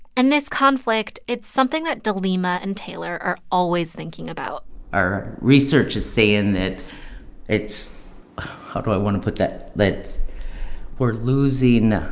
and this conflict it's something that delima and taylor are always thinking about our research is saying that it's how do i want to put that that it's we're losing